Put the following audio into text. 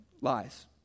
lies